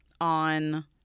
on